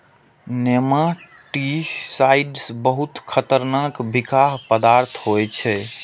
nematicides बहुत खतरनाक बिखाह पदार्थ होइ छै